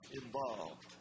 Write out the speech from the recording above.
involved